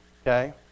okay